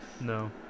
No